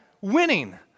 winning